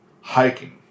hiking